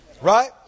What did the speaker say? Right